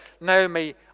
Naomi